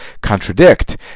contradict